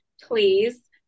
please